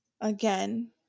again